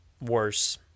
worse